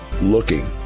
looking